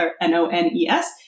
N-O-N-E-S